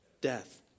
death